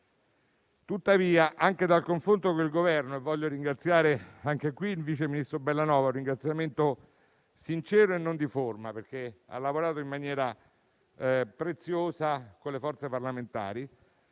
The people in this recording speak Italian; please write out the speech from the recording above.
Tuttavia, anche dal confronto con il Governo (e voglio rivolgere al vice ministro Bellanova un ringraziamento sincero e non di forma, perché ha lavorato in maniera preziosa con le forze parlamentari),